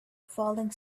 falling